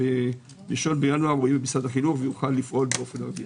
שב-1 בינואר יהיו במשרד החינוך ונוכל לפעול באופן רגיל.